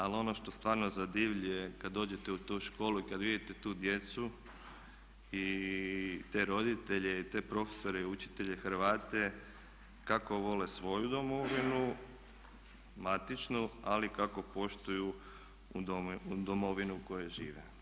Ali ono što stvarno zadivljuje kad dođete u tu školu i kad vidite tu djecu i te roditelje i te profesore i učitelje Hrvate kako vole svoju domovinu matičnu ali kako poštuju domovinu u kojoj žive.